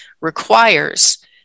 requires